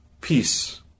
Peace